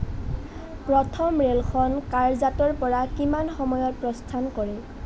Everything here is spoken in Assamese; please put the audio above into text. প্ৰথম ৰে'লখন কাৰজাটৰ পৰা কিমান সময়ত প্ৰস্থান কৰে